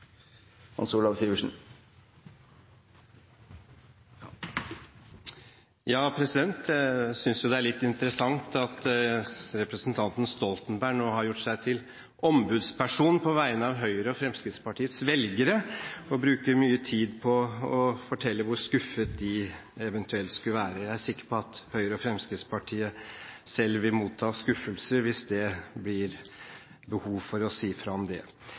litt interessant at representanten Stoltenberg nå har gjort seg til ombudsperson på vegne av Høyre og Fremskrittspartiets velgere og bruker mye tid på å fortelle hvor skuffet de eventuelt burde være. Jeg er sikker på at Høyre og Fremskrittspartiet selv vil motta skuffelser hvis det blir behov for å si fra om det.